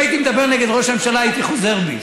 נגד ראש הממשלה דיברתי?